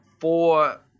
four